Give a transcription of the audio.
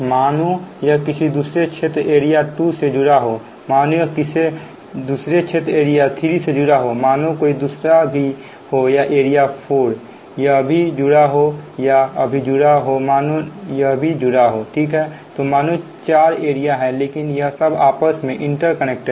मानो यह किसी दूसरे क्षेत्र एरिया 2 से जुड़ा हो मानो यह किसी दूसरे क्षेत्र एरिया 3 से जुड़ा हूं मानव कोई दूसरा भी होएरिया 4 यह भी जुड़ा हो या अभी जुड़ा हो मानो यह भी जुड़ा हो ठीक है तो मानो चार एरिया हैं लेकिन यह सब आपस में इंटरकनेक्टेड हैं